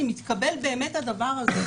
אם יתקבל באמת הדבר הזה,